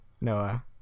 Noah